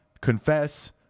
confess